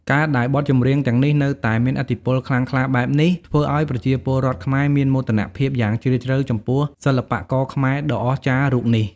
ការដែលបទចម្រៀងទាំងនេះនៅតែមានឥទ្ធិពលខ្លាំងក្លាបែបនេះ ធ្វើឲ្យប្រជាពលរដ្ឋខ្មែរមានមោទនភាពយ៉ាងជ្រាលជ្រៅចំពោះសិល្បករខ្មែរដ៏អស្ចារ្យរូបនេះ ។